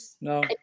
No